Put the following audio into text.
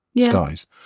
skies